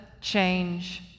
change